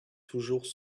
toujours